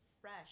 fresh